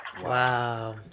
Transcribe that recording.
Wow